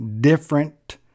different